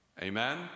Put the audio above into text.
Amen